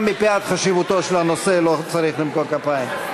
גם מפאת חשיבותו של הנושא לא צריך למחוא כפיים.